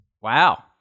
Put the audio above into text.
Wow